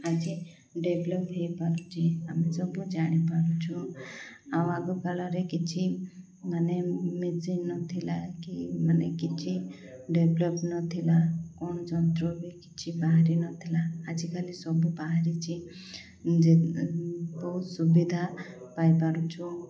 ଆଗେ ଡେଭଲପ୍ ହେଇପାରୁଛି ଆମେ ସବୁ ଜାଣିପାରୁଛୁ ଆଉ ଆଗକାଳରେ କିଛି ମାନେ ମେସିନ୍ ନଥିଲା କି ମାନେ କିଛି ଡେଭଲପ୍ ନଥିଲା କ'ଣ ଯନ୍ତ୍ର ବି କିଛି ବାହାର ନଥିଲା ଆଜିକାଲି ସବୁ ବାହାରିଛି ଯେ ବହୁତ ସୁବିଧା ପାଇପାରୁଛୁ